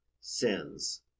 sins